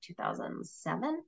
2007